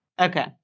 Okay